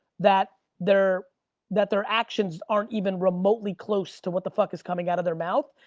that their that their actions aren't even remotely close to what the fuck is coming out of their mouth.